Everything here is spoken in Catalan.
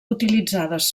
utilitzades